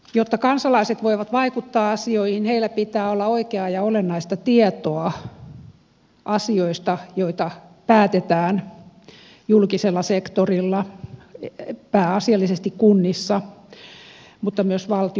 jotta kansalaiset voivat vaikuttaa asioihin heillä pitää olla oikeaa ja olennaista tietoa asioista joita päätetään julkisella sektorilla pääasiallisesti kunnissa mutta myös valtiolla